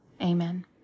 Amen